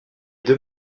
deux